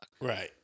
Right